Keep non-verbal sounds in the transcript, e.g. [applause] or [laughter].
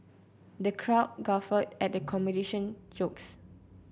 the crowd guffawed at the [unintelligible] jokes